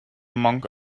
monk